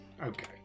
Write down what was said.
Okay